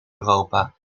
europa